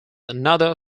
another